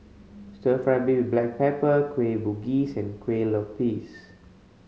Stir Fry beef black pepper Kueh Bugis and kue lupis